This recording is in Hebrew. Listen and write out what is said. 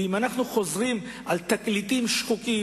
ואם אנחנו חוזרים על תקליטים שחוקים,